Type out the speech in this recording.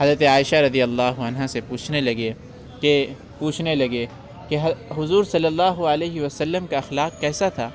حضرتِ عائشہ رضی اللہ عنہا سے پوچھنے لگے کہ پوچھنے لگے کہ حضور صلی اللہ علیہ وسلم کا اخلاق کیسا تھا